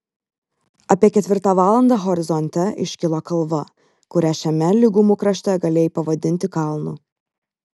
apie ketvirtą valandą horizonte iškilo kalva kurią šiame lygumų krašte galėjai pavadinti kalnu